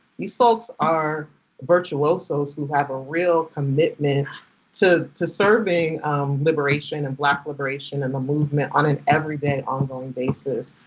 these folks are virtuosos, who have a real commitment to to serving liberation and black liberation and the movement on an everyday, ongoing basis.